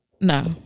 No